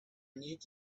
need